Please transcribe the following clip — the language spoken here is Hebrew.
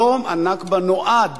יום הנכבה נועד